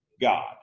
God